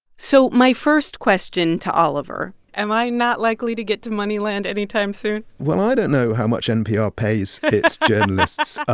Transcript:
so my first question to oliver am i not likely to get to moneyland anytime soon? well, i don't know how much npr pays its so